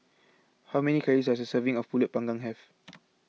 how many calories does a serving of Pulut Panggang have